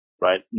right